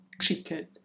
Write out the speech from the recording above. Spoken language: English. chicken